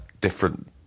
different